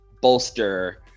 bolster